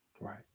Right